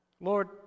Lord